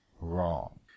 wrong